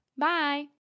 Bye